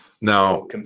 Now